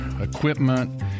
equipment